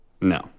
No